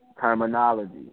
terminology